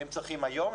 הם צריכים היום,